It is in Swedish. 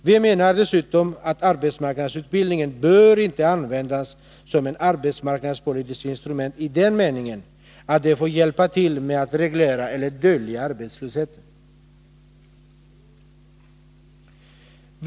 Vi menar dessutom att arbetsmarknadsutbildning inte bör användas som ett arbetsmarknadspolitiskt instrument i den meningen att den får hjälpa till att reglera eller dölja arbetslösheten.